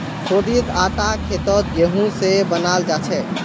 शोधित आटा खेतत गेहूं स बनाल जाछेक